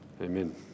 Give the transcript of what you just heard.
Amen